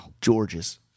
Georges